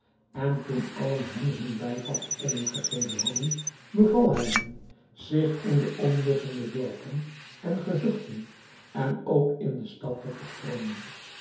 en toen allen hem hun bijval te kennen gegeven hadden beval hij hun zich in de omliggende dorpen en gehuchten en ook in de stad te verstrooien